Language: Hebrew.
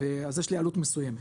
ואז יש לי עלות מסוימת.